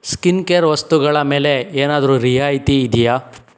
skin care ವಸ್ತುಗಳ ಮೇಲೆ ಏನಾದರೂ ರಿಯಾಯಿತಿ ಇದೆಯಾ